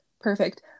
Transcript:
perfect